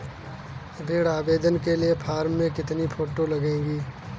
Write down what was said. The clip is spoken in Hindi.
ऋण आवेदन के फॉर्म में कितनी फोटो लगेंगी?